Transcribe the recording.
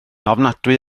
ofnadwy